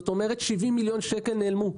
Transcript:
זאת אומרת, 70 מיליון שקל נעלמו.